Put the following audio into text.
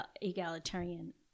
egalitarian